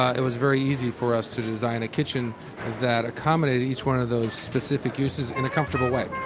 it was very easy for us to design a kitchen that accommodated each one of those specific uses in a comfortable way